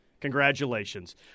Congratulations